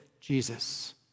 Jesus